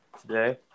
today